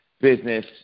Business